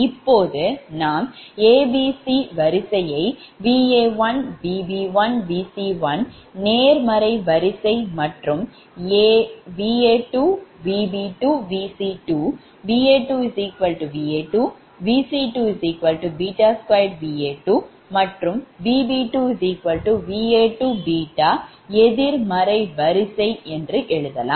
இப்போது நாம் a b c வரிசையைப்Va1Vb1Vc1 நேர்மறை வரிசை மற்றும் Va2Vb2Vc2 Va2Va2 Vc2 2Va2 மற்றும்Vb2 Va2 எதிர்மறை வரிசை என்று எழுதலாம்